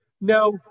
Now